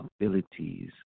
abilities